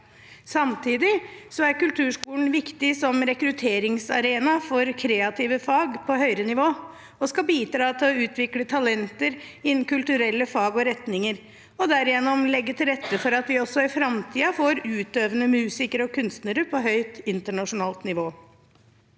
Samtidig er kulturskolen viktig som rekrutteringsarena for kreative fag på høyere nivå, og den skal bidra til å utvikle talenter innen kulturelle fag og retninger og derigjennom legge til rette for at vi også i framtiden får utøvende musikere og kunstnere på høyt internasjonalt nivå.